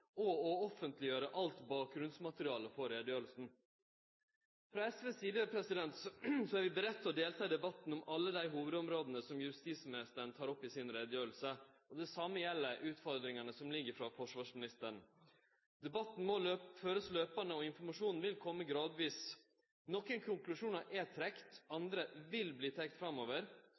og å offentleggjere alt bakgrunnsmaterialet for utgreiinga. Frå SV si side er vi førebudde på å delta i debatten om alle dei hovudområda som justisministeren tek opp i si utgreiing. Det same gjeld utfordringane som ligg frå forsvarsministeren. Debatten må førast kontinuerleg, og informasjonen vil kome gradvis. Nokre konklusjonar er trekte, andre vil verte trekte framover.